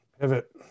Pivot